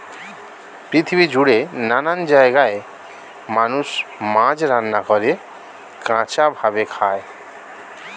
পৃথিবী জুড়ে নানান জায়গায় মানুষ মাছ রান্না করে, কাঁচা ভাবে খায়